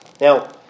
Now